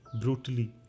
brutally